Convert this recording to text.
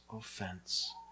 offense